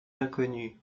inconnue